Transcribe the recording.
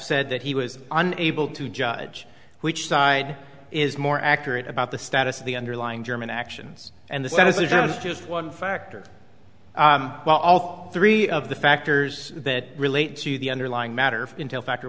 said that he was unable to judge which side is more accurate about the status of the underlying german actions and the set is it is just one factor while all three of the factors that relate to the underlying matter of intel factor